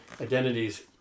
identities